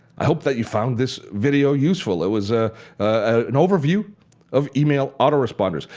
i hope that you found this video useful. it was ah an overview of email autoresponders.